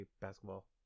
basketball